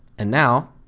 and now,